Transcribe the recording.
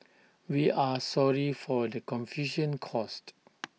we are sorry for the confusion caused